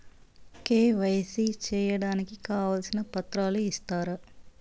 KYC సేయడానికి కావాల్సిన పత్రాలు ఇస్తారా?